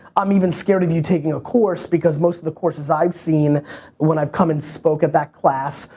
i'm even scared of you taking a course because most of the courses i've seen when i've come and spoke at that class,